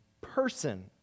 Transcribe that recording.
person